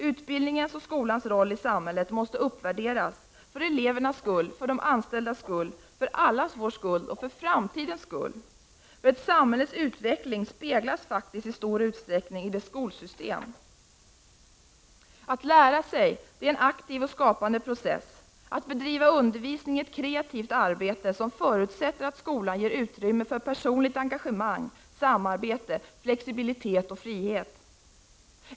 Utbildningens och skolans roll i samhället måste uppvärderas, för elevernas skull, för de anställdas skull, för allas vår skull och för framtidens skull. Ett samhälles utveckling avspeglas faktiskt i stor utsträckning i dess skolsystem. Att lära sig är en aktiv och skapande process. Att bedriva undervisning är ett kreativt arbete som förutsätter att skolan ger utrymme för personligt engagemang, samarbete, flexibilitet och frihet.